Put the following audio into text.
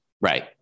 Right